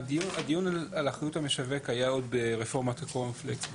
הדיון על אחריות המשווק היה עוד ברפורמת הקורנפלקס,